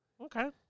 Okay